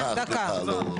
סליחה, סליחה, לא, לא.